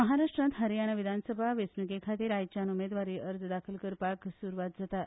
महाराष्ट्र हरीयाना विधानसभा वेंचणुके खातीर आयच्यान उमेदवारी अर्ज दाखल करपाक सुरवात जाता